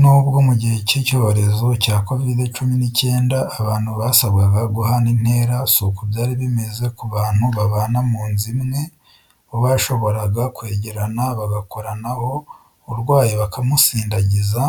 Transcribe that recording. N'ubwo mu gihe cy'icyorezo cya covid cumi n'icyenda, abantu basabwaga guhana intera; si uko byari bimeze ku bantu babana mu nzu imwe, bo bashoboraga kwegerana, bagakoranaho, urwaye bakamusindagiza,